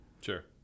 sure